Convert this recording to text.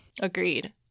Agreed